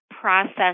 process